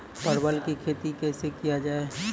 परवल की खेती कैसे किया जाय?